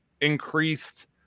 increased